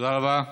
תודה רבה.